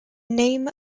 name